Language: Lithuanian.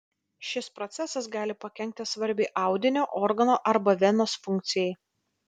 šis procesas gali pakenkti svarbiai audinio organo arba venos funkcijai